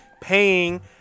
paying